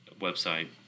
website